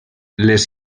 les